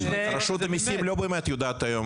רשות המסים לא באמת יודעת, היום,